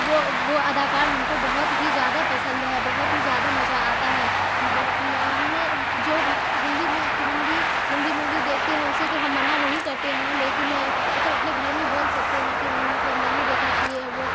وہ وہ اداکار ہم کو بہت ہی زیادہ پسند ہے بہت ہی زیادہ مزہ آتا ہے ہمیں جو ہندی ہندی ہندی مووی دیکھتے ہیں اسے تو ہم منع نہیں کرتے ہیں لیکن مطلب اپنے گھر میں بول سکتے ہیں کہ مطلب نہیں دیکھنا چاہیے وہ